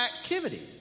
activity